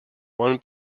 one